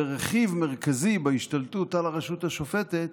ורכיב מרכזי בהשתלטות על הרשות השופטת